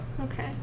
Okay